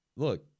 look